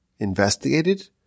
investigated